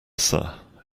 sir